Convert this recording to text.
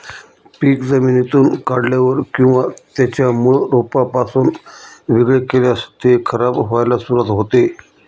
पीक जमिनीतून काढल्यावर किंवा त्याच्या मूळ रोपापासून वेगळे केल्यास ते खराब व्हायला सुरुवात होते